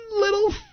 little